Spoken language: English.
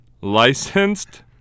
licensed